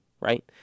right